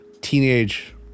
teenage